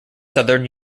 southern